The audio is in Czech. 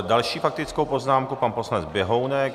Další faktickou poznámku, pan poslanec Běhounek.